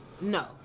No